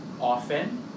often